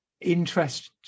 interest